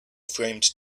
framed